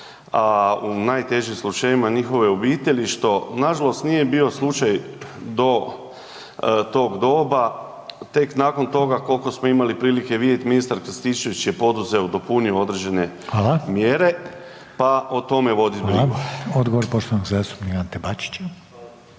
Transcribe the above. a u najtežim slučajevima njihove obitelji što nažalost nije bio slučaj do tog doba. Tek nakon toga koliko smo imali prilike vidjeti ministar Krstičević je poduzeo, dopunio određene mjere, pa o tome voditi brigu. **Reiner, Željko (HDZ)**